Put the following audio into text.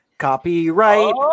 Copyright